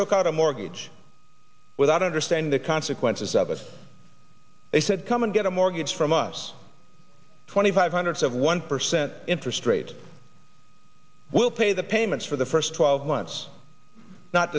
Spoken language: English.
took out a mortgage without understanding the consequences of it they said come on get a mortgage from us twenty five hundreds of one percent interest rate we'll pay the payments for the first twelve months not